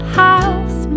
house